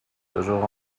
toujours